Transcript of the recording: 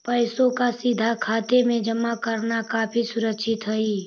पैसों का सीधा खाते में जमा करना काफी सुरक्षित हई